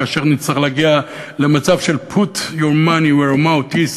כאשר נצטרך להגיע למצב של put your money where your mouth is,